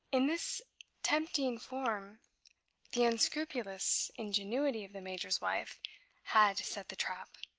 in this tempting form the unscrupulous ingenuity of the major's wife had set the trap.